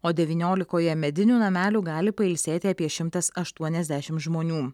o devyniolikoje medinių namelių gali pailsėti apie šimtas aštuoniasdešim žmonių